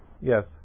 Yes